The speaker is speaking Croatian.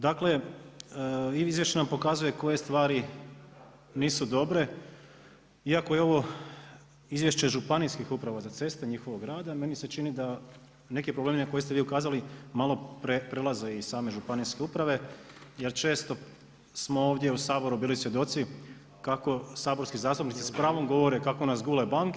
Dakle, izvješće nam pokazuje koje stvari nisu dobre iako je ovo izvješće županijskih uprava za ceste, njihovog rada, meni se čini da neki problemi na koje ste vi ukazali malo prelaze iz same županijski uprave jer često smo ovdje u Saboru bili svjedoci kako saborski zastupnici s pravom govore kako nas gule banke.